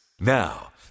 Now